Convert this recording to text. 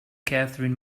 catharine